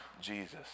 Jesus